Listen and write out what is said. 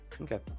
Okay